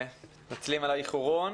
אנחנו מתנצלים על האיחור הקל.